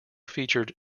featured